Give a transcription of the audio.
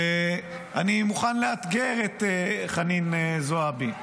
ואני מוכן לאתגר את חנין זועבי.